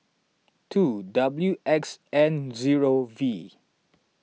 two W X N zero V